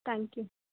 thank you